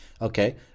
Okay